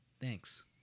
Thanks